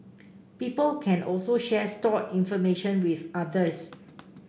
people can also share stored information with others